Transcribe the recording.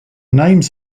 names